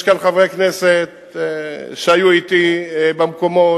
יש כאן חברי כנסת שהיו אתי במקומות,